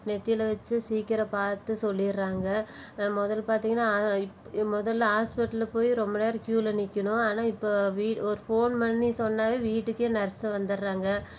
நெத்தியில் வச்சு சீக்கிரம் பார்த்து சொல்லிடுறாங்க மொதலில் பார்த்தீங்கன்னா மொதலில் ஹாஸ்பிட்டலில் போய் ரொம்ப நேரம் க்யூவில் நிற்கணும் ஆனால் இப்போ வீட்டு ஒரு ஃபோன் பண்ணி சொன்னாலே வீட்டுக்கே நர்ஸு வந்துடுறாங்க